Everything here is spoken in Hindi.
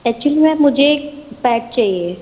एक्चुअली मेम मुझे एक पेट चाहिए